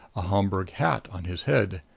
a homburg hat on his head,